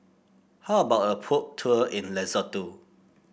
how about a Boat Tour in Lesotho